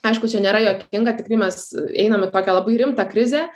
aišku čia nėra juokinga tikrai mes einam į tokią labai rimtą krizę